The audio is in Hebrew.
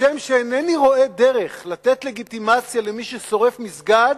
כשם שאינני רואה דרך לתת לגיטימציה למי ששורף מסגד,